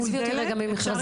עזבי אותי רגע ממכרזים.